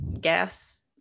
gas